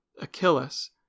Achilles